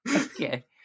Okay